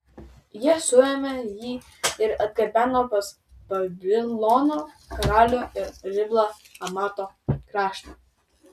jie suėmė jį ir atgabeno pas babilono karalių į riblą hamato kraštą